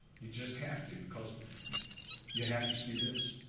you just have to because you have to see this.